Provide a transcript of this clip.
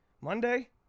Monday